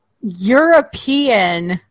European